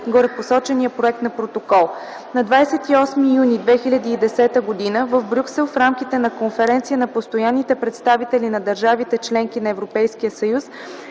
горепосочения проект на Протокол. II. На 23 юни 2010 г. в Брюксел в рамките на конференция на постоянните представители на държавите-членки на Европейския съюз,